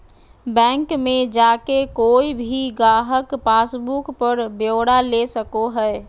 bank मे जाके कोय भी गाहक पासबुक पर ब्यौरा ले सको हय